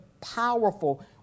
powerful